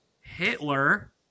Hitler